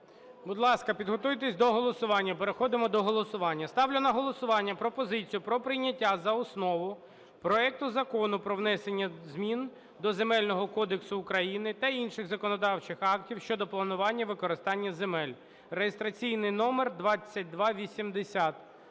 Будь ласка, підготуйтесь до голосування, переходимо до голосування. Ставлю на голосування пропозицію про прийняття за основу проекту Закону про внесення змін до Земельного кодексу України та інших законодавчих актів щодо планування використання земель (реєстраційний номер 2280).